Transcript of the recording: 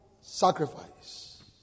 sacrifice